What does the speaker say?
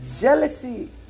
jealousy